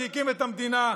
שהקים את המדינה,